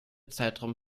zeitraum